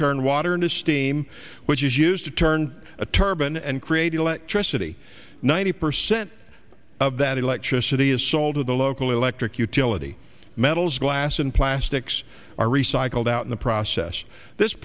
turn water into steam which is used to turn a turban and create electricity ninety percent of that electricity is sold to the local electric utility metals glass and plastics are recycled out in the process this